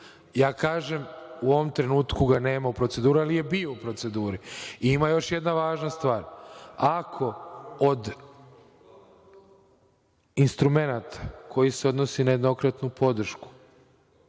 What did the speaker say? ni bilo. U ovom trenutku ga nema u proceduri, ali je bio u proceduri. Još jedna važna stvar. Ako od instrumenata koji se odnose na jednokratnu podršku